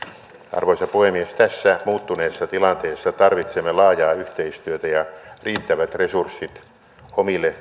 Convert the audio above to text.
arvoisa puhemies tässä muuttuneessa tilanteessa tarvitsemme laajaa yhteistyötä ja riittävät resurssit omille